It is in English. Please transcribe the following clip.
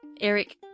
Eric